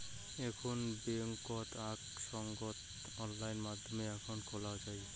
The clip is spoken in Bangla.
এখন বেংকত আক সঙ্গত অনলাইন মাধ্যমে একাউন্ট খোলা যাই